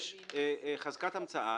יש חזקת המצאה.